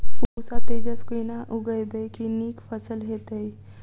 पूसा तेजस केना उगैबे की नीक फसल हेतइ?